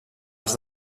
als